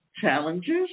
challenges